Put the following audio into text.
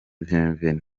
bienvenue